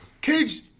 kids